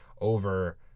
over